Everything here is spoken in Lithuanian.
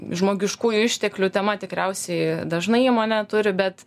žmogiškųjų išteklių tema tikriausiai dažnai įmonė turi bet